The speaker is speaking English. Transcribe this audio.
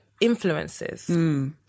influences